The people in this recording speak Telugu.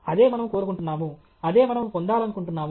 అదే మనము కోరుకుంటున్నాము అదే మనము పొందాలనుకుంటున్నాము